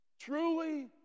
truly